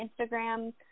instagram